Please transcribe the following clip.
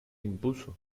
impuso